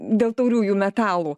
dėl tauriųjų metalų